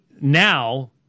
now